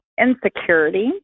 insecurity